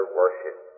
worship